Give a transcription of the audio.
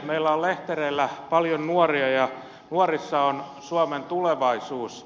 meillä on lehtereillä paljon nuoria ja nuorissa on suomen tulevaisuus